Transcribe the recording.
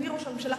או בתקציב המדינה,